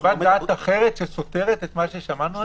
יש חוות דעת אחרת, שסותרת את מה ששמענו?